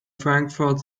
frankfort